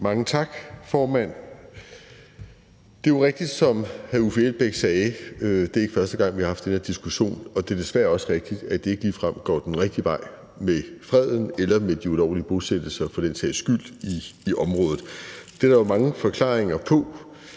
Mange tak, formand. Det er jo rigtigt, som hr. Uffe Elbæk sagde, at det ikke er første gang, vi har haft den her diskussion, og det er desværre også rigtigt, at det ikke ligefrem går den rigtige vej med freden eller med de ulovlige bosættelser i området for den sags skyld. Det er der jo mange forklaringer på.